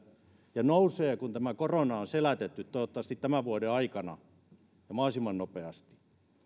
ja nousevat kun tämä korona on selätetty toivottavasti tämän vuoden aikana ja mahdollisimman nopeasti